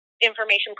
information